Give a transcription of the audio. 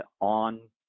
on